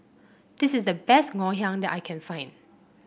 this is the best Ngoh Hiang that I can find